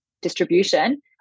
distribution